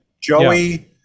joey